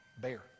bear